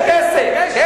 יש כסף.